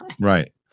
Right